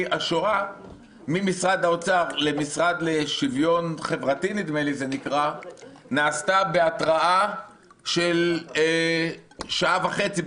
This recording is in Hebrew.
השואה ממשרד האוצר למשרד לשוויון חברתי נעשתה בהתראה של שעה וחצי,